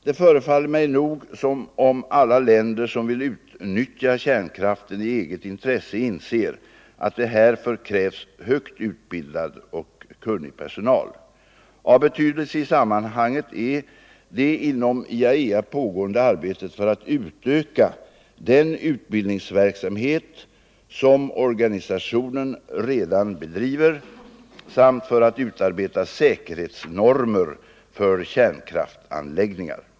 Det förefaller mig nog som om alla länder som vill utnyttja kärnkraften i eget intresse inser att det härför krävs högt utbildad och kunnig personal. Av betydelse i sammanhanget är det inom IAEA pågående arbetet för att utöka den utbildningsverksamhet som organisationen redan bedriver samt för att utarbeta säkerhetsnormer för kärnkraftanläggningar.